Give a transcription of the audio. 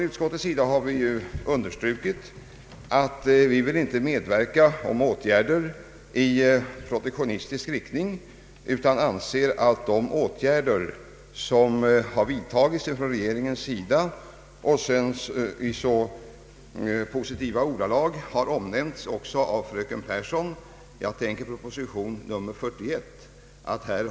Utskottet har understrukit att vi inte vill medverka till åtgärder i protektionistisk riktning utan anser att de åtgärder som regeringen vidtagit och som i positiva ordalag omnämns av fröken Pehrsson är till fyllest. Jag tänker på proposition nr 41.